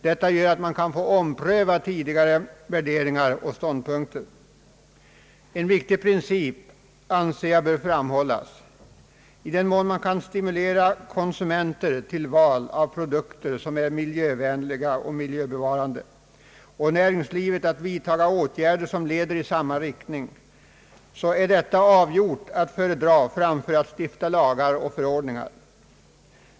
Detta gör att man kan få ompröva tidigare värderingar och ståndpunkter. En viktig princip anser jag bör framhållas. I den mån man kan stimulera konsumenterna till val av produkter som är miljövänliga och näringslivet att vidta åtgärder som leder i samma riktning, är detta avgjort att föredra framför att stifta lagar och förordningar.